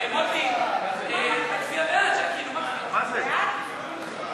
ההצעה לכלול את הנושא בסדר-היום של הכנסת נתקבלה.